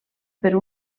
per